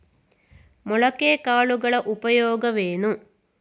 ಮೊಳಕೆ ಕಾಳುಗಳ ಉಪಯೋಗವೇನು?